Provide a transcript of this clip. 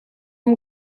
i’m